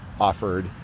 offered